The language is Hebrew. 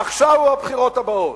עכשיו או בבחירות הבאות.